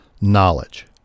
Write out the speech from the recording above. knowledge